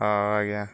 ହଁ ଆଜ୍ଞା